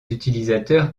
utilisateurs